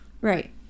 Right